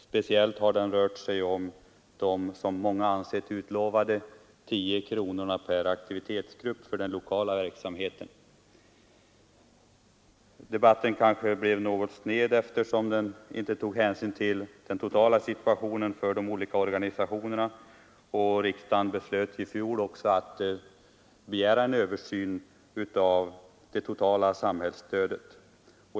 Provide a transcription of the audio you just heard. Speciellt har den rört sig om vad många anser utlovat, nämligen 10 kronor per aktivitetsgrupp för den lokala verksamheten. Debatten kanske har blivit något snedvriden, eftersom den inte har tagit hänsyn till situationen totalt sett för de olika organisationerna. Riksdagen beslöt också i fjol att begära en översyn av det totala samhällsstödet.